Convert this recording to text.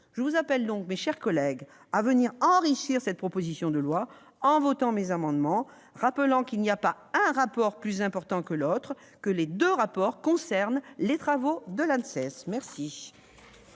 Je vous appelle donc, mes chers collègues, à enrichir cette proposition de loi en votant mes amendements. Je le rappelle, il n'y a pas un rapport plus important qu'un autre. Les deux rapports concernent les travaux de l'ANSES. La